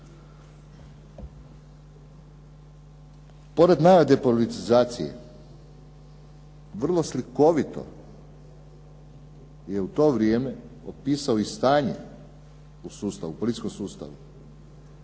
razumije./… politizacije vrlo slikovito je u to vrijeme opisao stanje u sustavu,